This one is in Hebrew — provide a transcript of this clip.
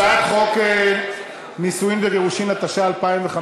הצעת חוק נישואין וגירושין, התשע"ה 2015,